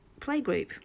playgroup